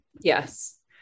Yes